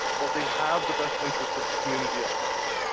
that they have the best interest of the community at heart.